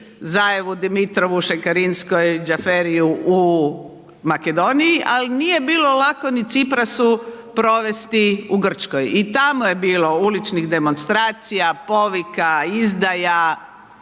Zajevu Dimitrovu, Šekarinskoj, Đaferiju u Makedoniju, ali nije bilo lako ni Ciprasu provesti u Grčkoj. I tamo je bilo uličnih demonstracija, povika, izdaja,